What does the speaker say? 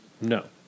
No